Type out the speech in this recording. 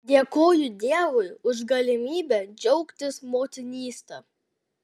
dėkoju dievui už galimybę džiaugtis motinyste